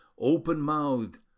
open-mouthed